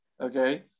Okay